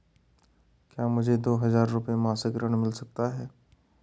क्या मुझे दो हज़ार रुपये मासिक ऋण मिल सकता है?